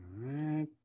right